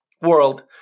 world